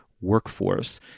workforce